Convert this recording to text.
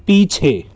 पीछे